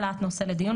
העלאת נושא לדיון,